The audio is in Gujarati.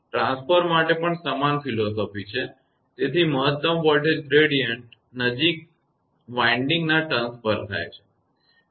ટ્રાન્સફોર્મર માટે પણ સમાન ફિલસૂફી તત્વજ્ઞાન તેથી મહત્તમ વોલ્ટેજ ગ્રેડીયંટ કંડક્ટરની નજીક વિન્ડિંગના ટર્ન્સ પર થાય છે